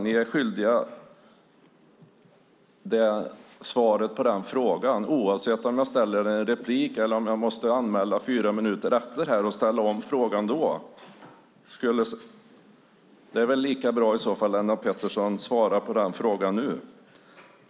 Ni är svaret skyldig på den frågan, oavsett om jag ställer den i en replik eller om jag anmäler mig till fyra minuters anförande efteråt och ställer frågan då. Det är väl lika bra att Lennart Pettersson svarar på den frågan nu.